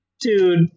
Dude